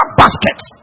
baskets